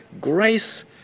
grace